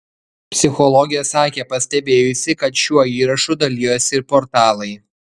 psichologė sakė pastebėjusi kad šiuo įrašu dalijosi ir portalai